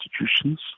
institutions